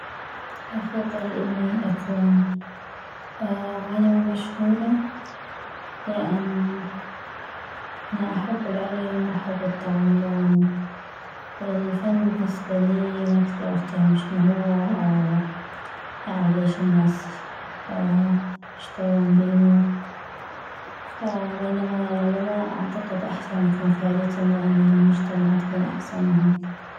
افضل اني اكون عالمة مشهورة لان انا احب العلم واحب التعلم والفن بالنسبة لي ما كثيغ افتهم اشني هو يعني ليش الناس يشتغلون بينو فبينما العلماء اعتقد احسن يكون فائدتم يعني للمجتمع تكون احسن وهكذ